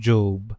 Job